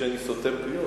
עוד יגידו שאני סותם פיות,